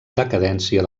decadència